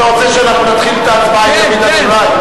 אתה רוצה שאנחנו נתחיל את ההצבעה עם דוד אזולאי.